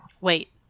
Wait